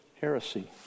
heresy